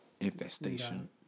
infestation